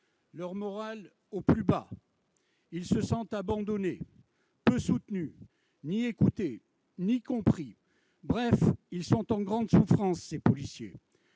leur moral est au plus bas. Nos policiers se sentent abandonnés, peu soutenus, ni écoutés ni compris. Bref, ils sont en grande souffrance. Nous